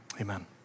Amen